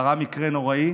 קרה מקרה נוראי,